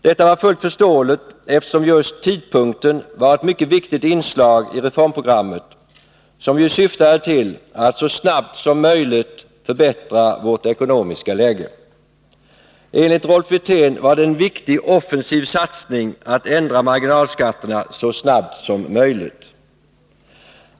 Detta var fullt förståeligt, eftersom just tidpunkten var ett mycket viktigt inslag i reformprogrammet, som ju syftade till att så snabbt som möjligt förbättra vårt ekonomiska läge. Enligt Rolf Wirtén var det en viktig offensiv satsning att ändra marginalskatterna så snabbt som möjligt.